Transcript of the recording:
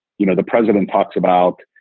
you know, the president talks about,